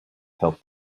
help